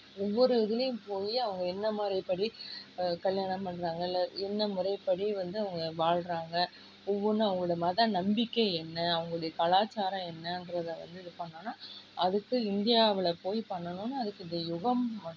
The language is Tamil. ஒவ்வொரு இதுலேயும் போய் அவங்க என்ன முறைப்படி கல்யாணம் பண்ணுறாங்க இல்லை என்ன முறைப்படி வந்து அவங்க வாழ்கிறாங்க ஒவ்வொன்றும் அவங்களோட மத நம்பிக்கை என்ன அவங்களுடைய கலாச்சாரம் என்னன்றதை வந்து இது பண்ணோம்ன்னா அதுக்கு இந்தியாவில் போய் பண்ணணும்னு அதுக்கு இந்த யுகம் மட்டும்